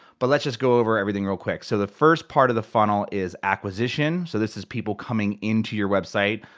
but let's just go over everything real quick. so the first part of the funnel is acquisition. so this is people coming into your website.